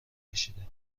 کشیده